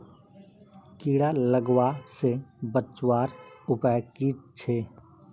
कीड़ा लगवा से बचवार उपाय की छे?